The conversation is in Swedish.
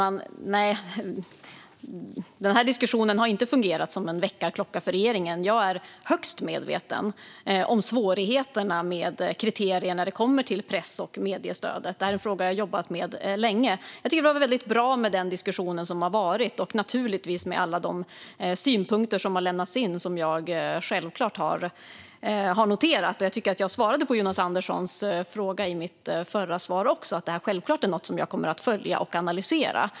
Fru talman! Nej, den här diskussionen har inte fungerat som en väckarklocka för regeringen. Jag är högst medveten om svårigheterna med kriterier när det kommer till press och mediestödet. Det här är en fråga som jag har jobbat med länge. Jag tycker att den diskussion som har varit är väldigt bra och naturligtvis alla de synpunkter som har lämnats in och som jag självklart har noterat. Jag tycker att jag svarade på Jonas Anderssons fråga också i mitt förra svar, där jag sa att det här självklart är något som jag kommer att följa och analysera.